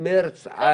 במרץ עד יוני.